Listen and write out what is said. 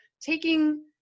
taking